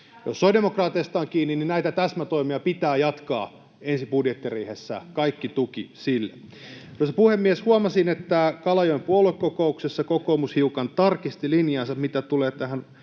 Jos sosiaalidemokraateista on kiinni, niin näitä täsmätoimia pitää jatkaa ensi budjettiriihessä. Kaikki tuki sille. [Petteri Orpo: Kenestä se on kiinni?] Arvoisa puhemies! Huomasin, että Kalajoen puoluekokouksessa kokoomus hiukan tarkisti linjaansa, mitä tulee tähän